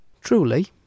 Truly